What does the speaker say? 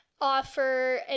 offer